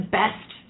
best